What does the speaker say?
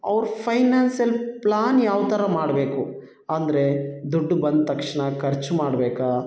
ಅವ್ರು financial plan ಯಾವ ಥರ ಮಾಡಬೇಕು ಅಂದರೆ ದುಡ್ಡು ಬಂದ ತಕ್ಷಣ ಖರ್ಚು ಮಾಡಬೇಕಾ